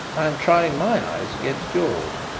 i am trying my eyes against yours.